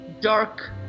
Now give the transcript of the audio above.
dark